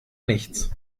nichts